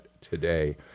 today